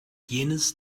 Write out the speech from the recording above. jenes